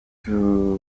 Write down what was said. tukagira